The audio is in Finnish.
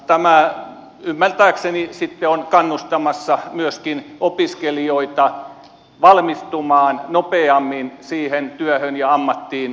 tämä ymmärtääkseni on kannustamassa myöskin opiskelijoita valmistumaan nopeammin siihen työhön ja ammattiin johon he haluavat